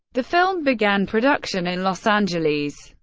the film began production in los angeles.